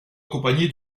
accompagné